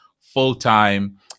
full-time